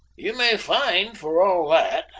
you may find, for all that,